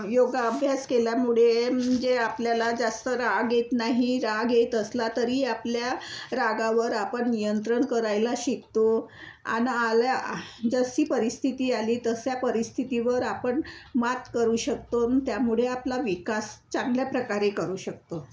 योगा अभ्यास केल्यामुळे जे आपल्याला जास्त राग येत नाही राग येत असला तरी आपल्या रागावर आपण नियंत्रण करायला शिकतो आणि आल्या जशी परिस्थिती आली तसा परिस्थितीवर आपण मात करू शकतो आणि त्यामुळे आपला विकास चांगल्या प्रकारे करू शकतो